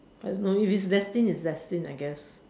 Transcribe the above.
I don't know if it's destined it's destined I guess